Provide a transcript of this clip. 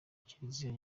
kiliziya